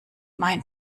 mein